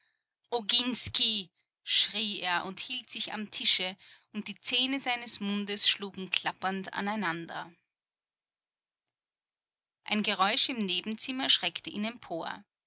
oginsky schrie er und hielt sich am tische und die zähne seines mundes schlugen klappernd aneinander ein geräusch im nebenzimmer schreckte ihn empor